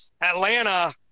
Atlanta